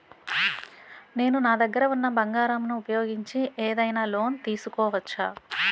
నేను నా దగ్గర ఉన్న బంగారం ను ఉపయోగించి ఏదైనా లోన్ తీసుకోవచ్చా?